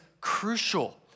crucial